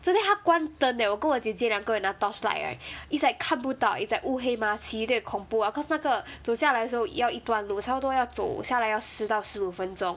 昨天它关灯 eh 我跟我姐姐两个人拿 torchlight right is like 看不到 eh is like 乌黑嘛其的有点恐怖 ah cause 那个走下来时候要一段路查不多要走下来要十到十五分钟